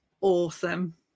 awesome